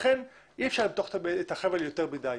לכן אי אפשר למתוח את החבל יותר מדי.